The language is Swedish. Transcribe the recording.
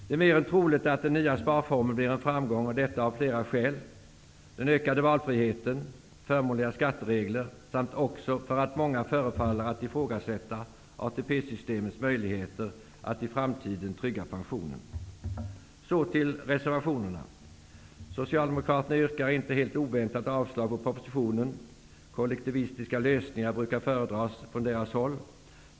Det är mer än troligt att den nya sparformen blir en framgång, och detta av flera skäl -- den ökade valfriheten, förmånliga skatteregler samt också för att många förefaller att ifrågasätta ATP-systemets möjligheter att i framtiden trygga pensionen. Jag skall därefter kommentera reservationerna. Socialdemokraterna yrkar inte helt oväntat avslag på propositionen. Kollektivistiska lösningar brukar föredras från deras håll.